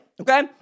Okay